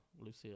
Lucia